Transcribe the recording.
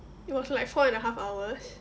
it was like four and a half hours